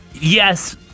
yes